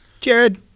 Jared